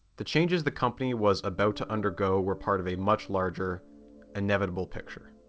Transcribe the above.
the changes the company was about to undergo were part of a much larger inevitable picture.